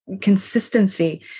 consistency